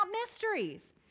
mysteries